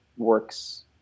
works